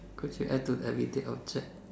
could you add to everyday object